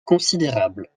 considérable